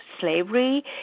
slavery